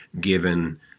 given